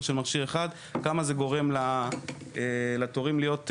של מכשיר אחד גורם לתורים להיות ארוכים.